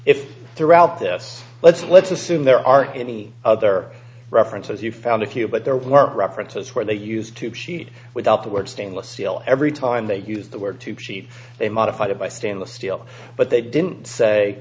if it if throughout this let's let's assume there are any other references you found a few but there were references where they used to cheat without the word stainless steel every time they used the word too cheap they modified it by stainless steel but they didn't say